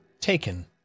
taken